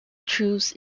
truce